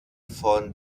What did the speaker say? von